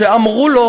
שאמרו לו